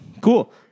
Cool